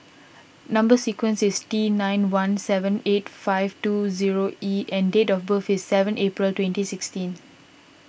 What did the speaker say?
Number Sequence is T nine one seven eight five two zero E and date of birth is seven April twenty sixteen